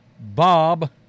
Bob